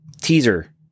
teaser